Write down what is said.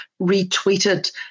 retweeted